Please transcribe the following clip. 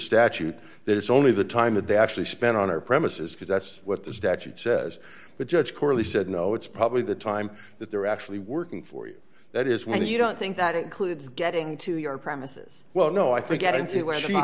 statute there's only the time that they actually spent on our premises because that's what the statute says the judge clearly said no it's probably the time that they're actually working for you that is when you don't think that includes getting to your premises well no i think getting to where